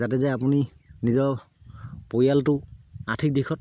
যাতে যে আপুনি নিজৰ পৰিয়ালটো আৰ্থিক দিশত